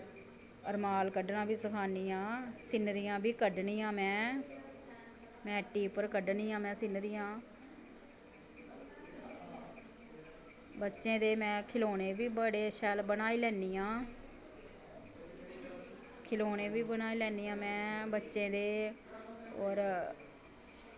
रमाल कड्ढनां बी सखानी आं सीनरियां बी कड्ढनी आं में में हट्टी पर कड्ढनी आं में सीनरियां बच्चें दे में खिलौनें बी बड़े शैल बनाई लैन्नी आं खिलौनें बी बनाई लैन्नी आं में बच्चें दे होर